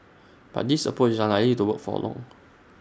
but this approach is unlikely to work for long